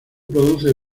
produce